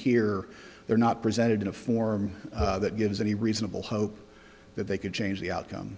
here they're not presented in a form that gives any reasonable hope that they could change the outcome